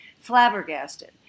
flabbergasted